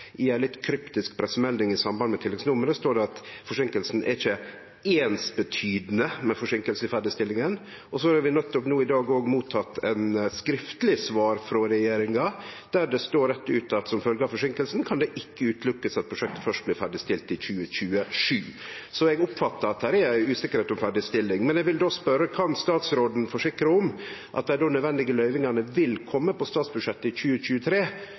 I ei litt kryptisk pressemelding i samband med tilleggsnummeret står det at forseinkinga ikkje er «ensbetydende med […] forsinkelse i ferdigstillingen», og så har vi nett no i dag òg motteke eit skriftleg svar frå regjeringa, der det står rett ut at det som følgje av forseinkinga ikkje kan utelukkast at prosjektet først blir ferdigstilt i 2027. Så eg oppfattar at det er uvisse om ferdigstillinga. Då vil eg spørje: Kan statsråden forsikre om at dei nødvendige løyvingane vil kome i statsbudsjettet i 2023, for å sikre at vi kjem i gang for fullt i 2023